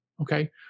okay